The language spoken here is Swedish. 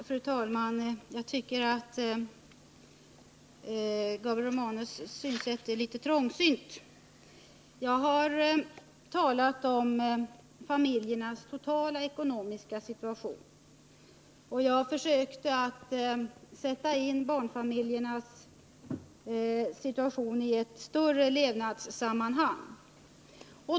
Fru talman! Jag tycker att Gabriel Romanus är litet trångsynt. Jag har talat om barnfamiljernas totala ekonomiska situation, och jag försökte sätta in barnbidraget i ett större sammanhang.